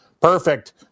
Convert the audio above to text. perfect